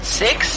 six